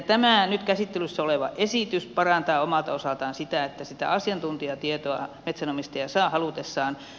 tämä nyt käsittelyssä oleva esitys parantaa omalta osaltaan sitä että sitä asiantuntijatietoa metsänomistaja saa halutessaan